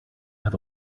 have